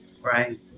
Right